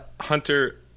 Hunter